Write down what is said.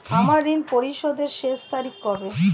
আমার ঋণ পরিশোধের শেষ তারিখ কবে?